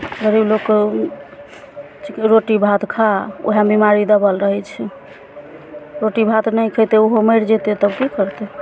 गरीब लोकके रोटी भात खा उहएमे बिमारी दबल रहै छै रोटी भात नहि खैतै ओहो मरि जैतै तब की करतै